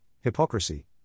hypocrisy